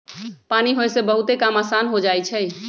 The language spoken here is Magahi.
पानी होय से बहुते काम असान हो जाई छई